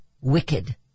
wicked